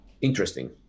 interesting